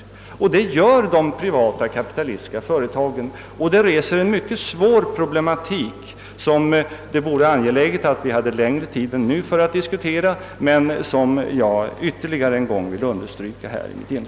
Sådana ställningstaganden gör de privatkapitalistiska företagen, och det skapar en mycket svår problematik, som det vore angeläget att vi hade längre tid än nu att diskutera och som jag ytterligare en gång velat understryka i mitt in